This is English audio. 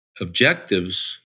Objectives